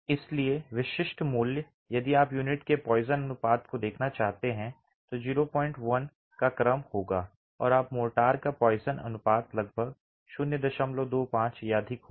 इसलिए विशिष्ट मूल्य यदि आप यूनिट के पॉइसन अनुपात को देखना चाहते हैं तो 01 का क्रम होगा और मोर्टार का पॉइसन अनुपात लगभग 025 या अधिक होगा